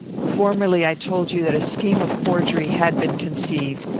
formerly i told you, that a scheme of forgery had been conceived.